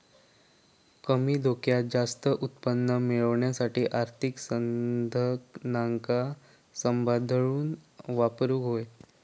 कमी धोक्यात जास्त उत्पन्न मेळवच्यासाठी आर्थिक साधनांका सांभाळून वापरूक होई